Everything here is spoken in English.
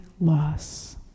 loss